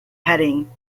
heading